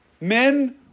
Men